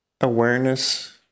awareness